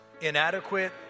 inadequate